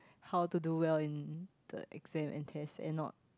how to do well in the exam and tests and not